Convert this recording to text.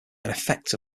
effect